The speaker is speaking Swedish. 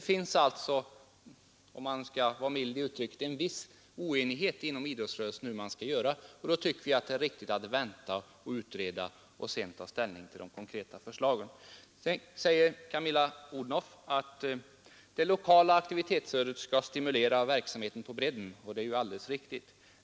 Det finns alltså, om man skall vara mild i uttrycket, olika synpunkter inom idrottsrörelsen om hur man skall göra. Då tycker vi det är riktigt att vänta och utreda och sedan ta ställning till de konkreta förslagen. Camilla Odhnoff säger att det lokala aktivitetsstödet skall stimulera verksamheten på bredden, vilket är alldeles riktigt.